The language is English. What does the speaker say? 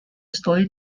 stolen